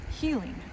healing